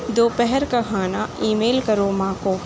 دوپہر کا کھانا ای میل کرو ماں کو